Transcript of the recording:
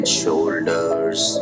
shoulders